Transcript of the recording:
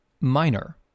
minor